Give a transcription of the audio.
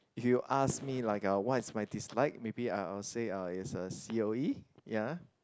if you ask me like uh what is my dislike maybe I'll I'll say is uh c_o_e ya